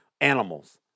animals